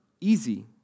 easy